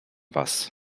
was